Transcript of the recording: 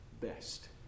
best